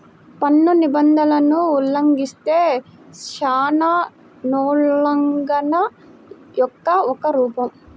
పన్ను నిబంధనలను ఉల్లంఘిస్తే, శాసనోల్లంఘన యొక్క ఒక రూపం